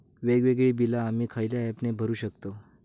वेगवेगळी बिला आम्ही खयल्या ऍपने भरू शकताव?